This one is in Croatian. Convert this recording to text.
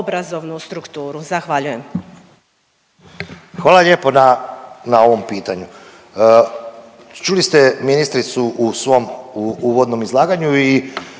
Hvala lijepo na ovom pitanju. Čuli ste ministricu u svom, u uvodnom izlaganju i